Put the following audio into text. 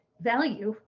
value